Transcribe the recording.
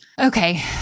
Okay